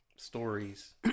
Stories